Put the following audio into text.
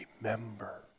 Remember